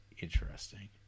interesting